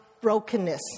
brokenness